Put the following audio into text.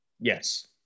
Yes